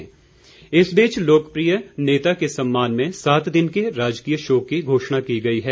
शोक इस बीच लोकप्रिय नेता के सम्मान में सात दिन के राजकीय शोक की घोषणा की गई है